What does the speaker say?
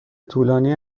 طولانی